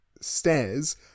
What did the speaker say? stairs